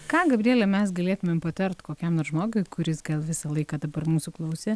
ką gabriele mes galėtumėm patart kokiam nors žmogui kuris gal visą laiką dabar mūsų klausė